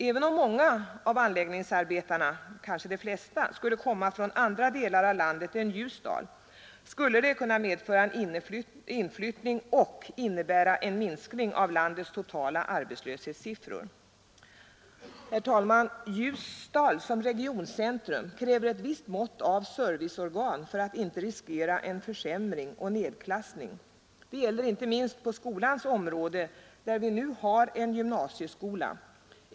Även om många av anläggningsarbetarna — kanske de flesta — skulle komma från andra delar av landet än Ljusdal, skulle det kunna medföra en inflyttning och innebära en minskning av landets totala arbetslöshetssiffror. Herr talman! Ljusdal som regioncentrum kräver ett visst mått av serviceorgan för att inte riskera en försämring och nedklassning. Det gäller inte minst på skolans område, där vi nu har en gymnasieskola.